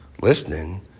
listening